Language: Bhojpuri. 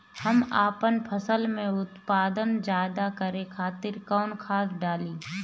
हम आपन फसल में उत्पादन ज्यदा करे खातिर कौन खाद डाली?